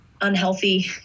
unhealthy